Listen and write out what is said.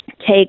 take